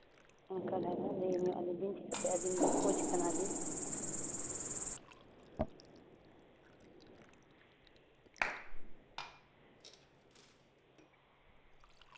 ᱚᱱᱠᱟ ᱫᱷᱟᱨᱟ ᱞᱟᱹᱭ ᱧᱚᱜ ᱟᱞᱮ ᱵᱤᱱ ᱪᱤᱠᱟᱹᱛᱮ ᱟᱵᱤᱱ ᱫᱚ ᱠᱳᱪ ᱠᱟᱱᱟ ᱵᱤᱱ